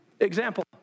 example